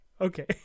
Okay